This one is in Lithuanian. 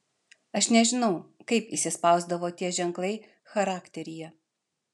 aš nežinau kaip įsispausdavo tie ženklai charakteryje